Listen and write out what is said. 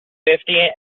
fifty